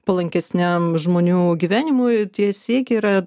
palankesniam žmonių gyvenimui tie siekiai yra